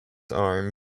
arm